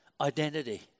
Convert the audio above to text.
identity